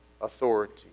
authority